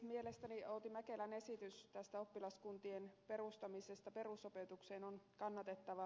mielestäni outi mäkelän esitys oppilaskuntien perustamisesta perusopetukseen on kannatettava